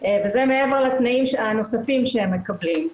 וזה מעבר לתנאים הנוספים שהם מקבלים.